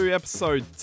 episode